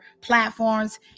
platforms